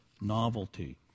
novelty